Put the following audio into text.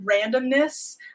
randomness